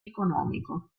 economico